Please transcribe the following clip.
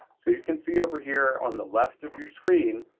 so you can see over here on the left of your screen,